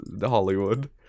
Hollywood